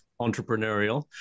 entrepreneurial